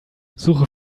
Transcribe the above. suche